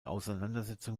auseinandersetzung